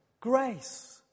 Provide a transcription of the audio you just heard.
grace